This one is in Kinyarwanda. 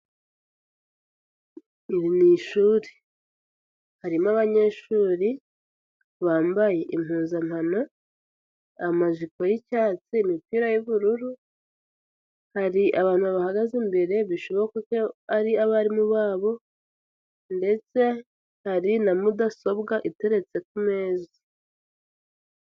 Iri ni ishuri, harimo abanyeshuri bambaye impuzankano, amajipo y'icyatsi, imipira y'ubururu, hari abantu babahagaze imbere bishoboka ko ari abarimu babo, ndetse hari na mudasobwa iteretse ku meza.